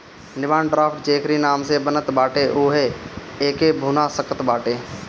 demand draft जेकरी नाम से बनत बाटे उहे एके भुना सकत बाटअ